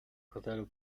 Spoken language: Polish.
hotelu